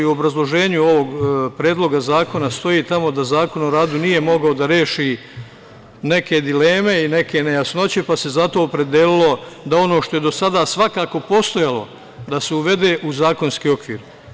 U obrazloženju Predloga zakona stoji da Zakon o radu nije mogao da reši neke dileme i neke nejasnoće, pa se zato opredelilo do ono što je do sada svakako postojalo da se uvede u zakonski okvir.